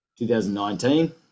2019